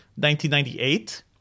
1998